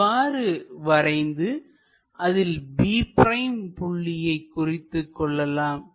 இவ்வாறு வரைந்து அதில் b' புள்ளியை குறித்துக் கொள்ளலாம்